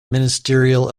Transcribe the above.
ministerial